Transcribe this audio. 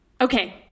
Okay